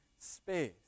space